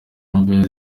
nouvelle